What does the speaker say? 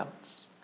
else